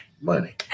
money